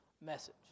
message